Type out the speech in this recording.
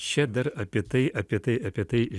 čia dar apie tai apie tai apie tai